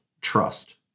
Trust